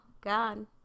God